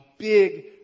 big